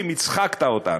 הצחקת אותנו.